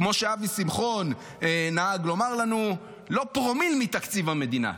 כמו שאבי שמחון נהג לומר לנו: לא פרומיל מתקציב המדינה,